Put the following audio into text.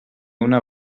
una